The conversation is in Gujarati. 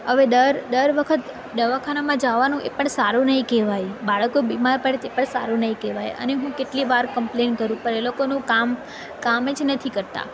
હવે દર દર વખત દવાખાનામાં જાવાનું સારું નઈ કહેવાય બાળકો બીમાર પડે છે પણ સારું નહીં કહેવાય અને હું કેટલી વાર કમ્પ્લેઇન્ટ કરું પણ એ લોકોનું કામ કામ જ નથી કરતા